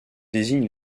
désigne